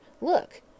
Look